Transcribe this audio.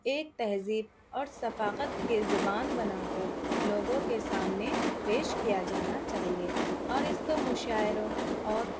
ایک تہذیب اور ثقافت کے زبان بنا کر لوگوں کے سامنے پیش کیا جانا چاہیے اور اس کو مشاعروں اور